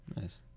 Nice